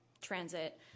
transit